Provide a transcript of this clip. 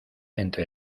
entre